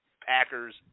Packers